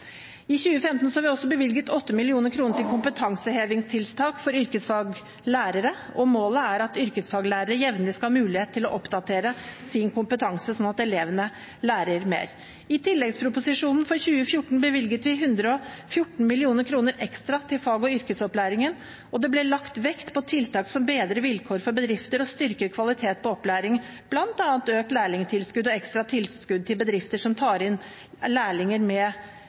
I 2015 har vi også bevilget 8 mill. kr til kompetansehevingstiltak for yrkesfaglærere, og målet er at yrkesfaglærere jevnlig skal ha mulighet til å oppdatere sin kompetanse sånn at elevene lærer mer. I tilleggsproposisjonen for 2014 bevilget vi 114 mill. kr ekstra til fag- og yrkesopplæringen, og det ble lagt vekt på tiltak som bedrer vilkår for bedrifter og styrker kvalitet på opplæring, bl.a. økt lærlingtilskudd og ekstra tilskudd til bedrifter som tar inn elever med